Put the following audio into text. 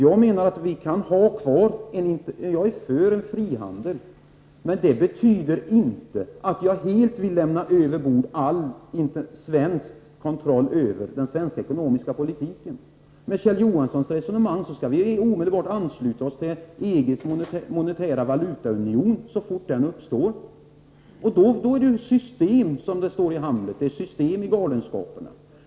Jag är för frihandel. Men det betyder inte att jag anser att all svensk kontroll över den svenska ekonomiska politiken skall lämpas över bord. Enligt Kjell Johanssons resonemang skall vi i Sverige, när EG:s monetära valutaunion har blivit verklighet, omedelbart ansluta oss till den. Då finns det ju, som det står i Hamlet, ett system i galenskaperna.